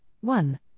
one